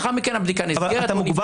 לאחר מכן הבדיקה נסגרת,